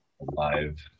Live